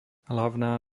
hlavná